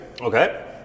Okay